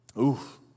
Oof